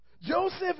Joseph